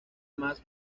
más